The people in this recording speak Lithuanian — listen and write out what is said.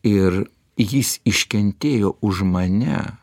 ir jis iškentėjo už mane